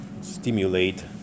stimulate